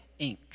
Inc